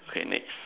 okay next